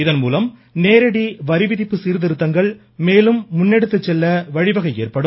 இதன்மூலம் நேரடி வரி விதிப்பு சீர்திருத்தங்கள் மேலும் முன்னெடுத்து செல்ல வழிவகை ஏற்படும்